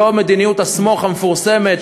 לא מדיניות ה"סמוך" המפורסמת,